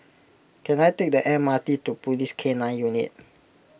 can I take the M R T to Police K nine Unit